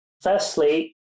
Firstly